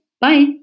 bye